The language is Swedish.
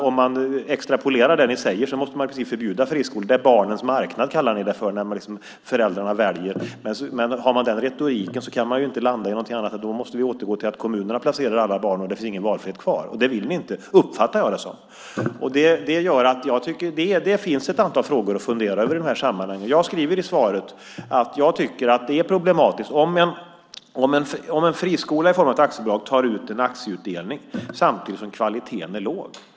Om man extrapolerar det ni säger måste man i princip förbjuda friskolor. "Barnens marknad" kallar ni det för när föräldrarna väljer. Men har man den retoriken kan man inte landa i någonting annat än att vi då måste återgå till att kommunerna placerar alla barn, så att ingen valfrihet finns kvar. Det vill ni dock inte, uppfattar jag det som. Det finns ett antal frågor att fundera över i de här sammanhangen. Jag skriver i svaret att jag tycker att det är problematiskt om en friskola i form av ett aktiebolag gör en aktieutdelning samtidigt som kvaliteten är låg.